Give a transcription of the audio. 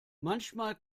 manchmal